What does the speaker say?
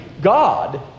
God